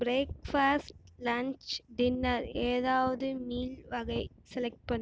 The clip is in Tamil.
ப்ரேக்ஃபாஸ்ட் லஞ்ச் டின்னர் ஏதாவது மீல் வகை செலக்ட் பண்ணு